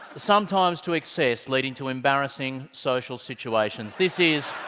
sometimes to excess, leading to embarrassing social situations. this is